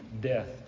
death